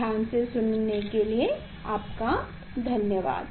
ध्यान से सुनने के लिए आपका धन्यवाद